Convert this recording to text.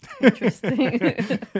Interesting